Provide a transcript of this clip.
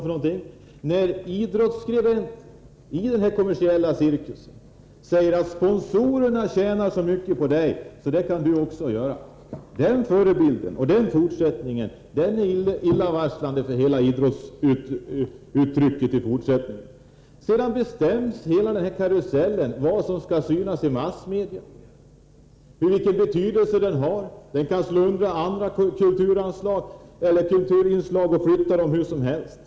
I denna kommersiella cirkus säger idrottsskribenter till Gunde Svan: Sponsorerna tjänar så mycket på dig så det kan du också göra. En sådan förebild är illavarslande för hela den fortsatta idrottsverksamheten. Hela denna karusell bestämmer vad som skall synas i massmedia. Den har en sådan betydelse att den kan slå undan andra kulturinslag, som i dag flyttas hur som helst.